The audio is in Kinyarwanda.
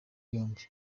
yombi